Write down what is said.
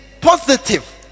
positive